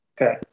Okay